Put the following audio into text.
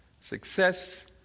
Success